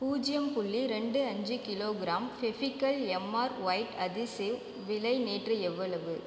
பூஜ்ஜியம் புள்ளி ரெண்டு அஞ்சு kilogram Fevicol MR white adhesive விலை நேற்று எவ்வளவு